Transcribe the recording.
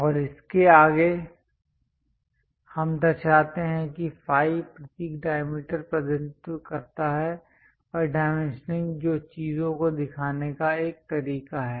और इसके आगे हम दर्शाते हैं कि फाई प्रतीक डायमीटर प्रतिनिधित्व करता है और डाइमेंशनिंग जो चीजों को दिखाने का एक तरीका है